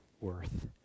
worth